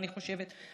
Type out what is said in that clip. אני חושבת,